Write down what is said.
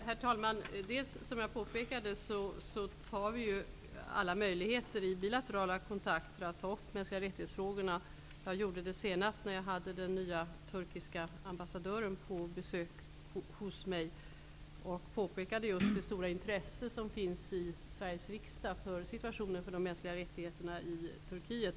Herr talman! Som jag påpekade tidigare utnyttjar vi alla möjligheter i bilaterala kontakter att ta upp de mänskliga rättigheterna. Jag gjorde det senast när jag hade den nye turkiske ambassadören på besök hos mig. Jag påpekade just det stora intresse som finns i Sveriges riksdag för situationen för de mänskliga rättigheterna i Turkiet.